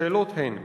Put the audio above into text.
השאלות הן: